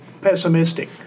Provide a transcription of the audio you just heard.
pessimistic